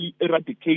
eradicate